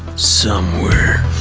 somewhere.